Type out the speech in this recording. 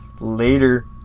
Later